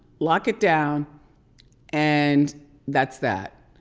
lock it down and that's that.